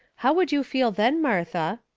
how would you feel then, martha?